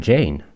Jane